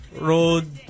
Road